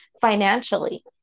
financially